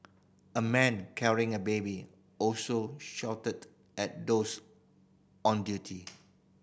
a man carrying a baby also shouted at those on duty